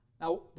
now